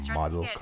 model